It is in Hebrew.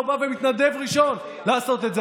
לא בא ומתנדב ראשון לעשות את זה?